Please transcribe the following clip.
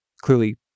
clearly